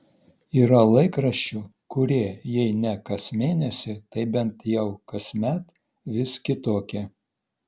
yra laikraščių kurie jei ne kas mėnesį tai bent jau kasmet vis kitokie